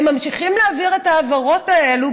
הם ממשיכים לעבור את העבירות האלה,